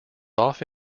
off